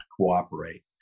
cooperate